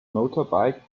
motorbike